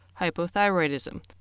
hypothyroidism